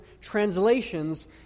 translations